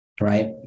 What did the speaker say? Right